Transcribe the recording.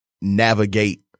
navigate